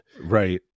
Right